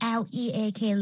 leak